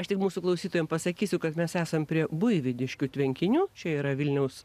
aš tik mūsų klausytojams pasakysiu kad mes esam prie buivydiškių tvenkinių čia yra vilniaus